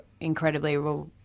incredibly